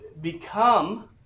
Become